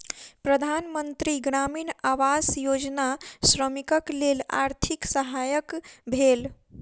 प्रधान मंत्री ग्रामीण आवास योजना श्रमिकक लेल आर्थिक सहायक भेल